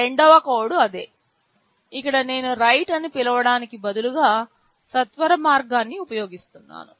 రెండవ కోడ్ అదే ఇక్కడ నేను రైట్ అని పిలవడానికి బదులుగా సత్వరమార్గాన్ని ఉపయోగిస్తున్నాను